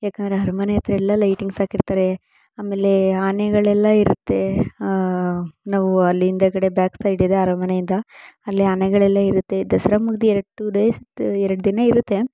ಯಾಕೆಂದ್ರೆ ಅರಮನೆ ಹತ್ರ ಎಲ್ಲ ಲೈಟಿಂಗ್ಸ್ ಹಾಕಿರ್ತಾರೆ ಆಮೇಲೆ ಆನೆಗಳೆಲ್ಲ ಇರುತ್ತೆ ನಾವು ಅಲ್ಲಿ ಹಿಂದುಗಡೆ ಬ್ಯಾಕ್ ಸೈಡ್ ಇದೆ ಅರಮನೆಯಿಂದ ಅಲ್ಲಿ ಆನೆಗಳೆಲ್ಲ ಇರುತ್ತೆ ದಸರಾ ಮುಗಿದು ಎರಡು ಟು ಡೇಸ್ ಎರಡು ದಿನ ಇರುತ್ತೆ